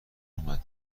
اومد